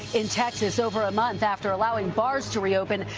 in texas, over a month after allowing bars to reopen,